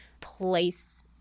place